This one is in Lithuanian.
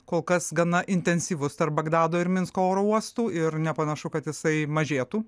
kol kas gana intensyvus tarp bagdado ir minsko oro uostų ir nepanašu kad jisai mažėtų